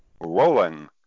rolling